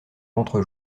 ventre